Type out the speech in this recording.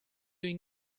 doing